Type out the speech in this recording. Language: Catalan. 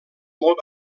molt